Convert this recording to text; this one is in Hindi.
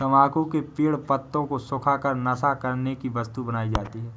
तम्बाकू के पेड़ पत्तों को सुखा कर नशा करने की वस्तु बनाई जाती है